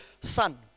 Son